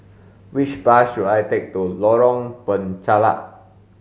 which bus should I take to Lorong Penchalak